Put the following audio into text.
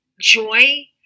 joy